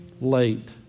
late